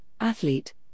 Athlete